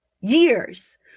years